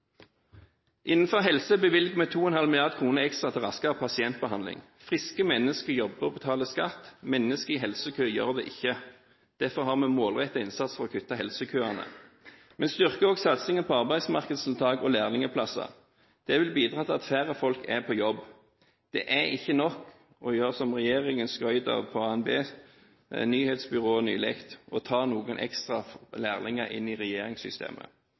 Innenfor helse bevilger vi 2,5 mrd. kr ekstra til raskere pasientbehandling. Friske mennesker jobber og betaler skatt, mennesker i helsekø gjør det ikke. Derfor har vi målrettet innsats for å kutte helsekøene. Vi styrker også satsingen på arbeidsmarkedstiltak og lærlingplasser. Det vil bidra til at flere folk er på jobb. Det er ikke nok å gjøre som regjeringen skrøt av til ANB, nyhetsbyrået, nylig, å ta noen ekstra lærlinger inn i regjeringssystemet.